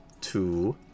two